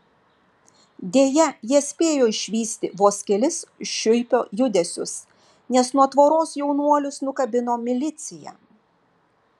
deja jie spėjo išvysti vos kelis šiuipio judesius nes nuo tvoros jaunuolius nukabino milicija